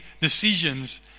decisions